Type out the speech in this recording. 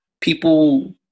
people